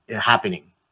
happening